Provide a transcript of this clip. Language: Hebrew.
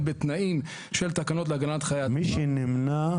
בתנאים של תקנות להגנת חיי --- "מי שנמנה",